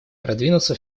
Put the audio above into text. продвинуться